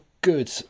good